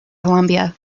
columbia